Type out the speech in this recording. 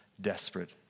desperate